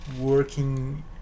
working